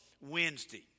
Wednesday